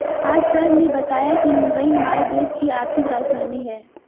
आज सर ने बताया कि मुंबई हमारे देश की आर्थिक राजधानी है